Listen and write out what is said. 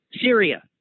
Syria